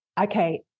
okay